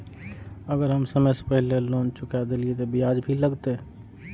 अगर हम समय से पहले लोन चुका देलीय ते ब्याज भी लगते?